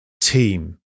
team